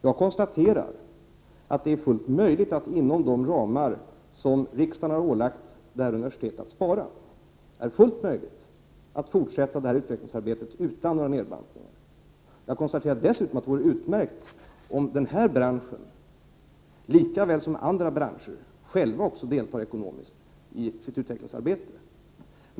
Jag konstaterar att det inom de ramar som riksdagen har ålagt universitetet att spara är fullt möjligt att fortsätta detta utvecklingsarbete utan nedbantningar. Jag konstaterar dessutom att det vore utmärkt om denna bransch, lika väl som andra branscher, själv deltar ekonomiskt i sitt utvecklingsarbete.